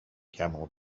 camel